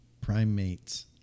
Primates